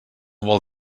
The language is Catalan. vol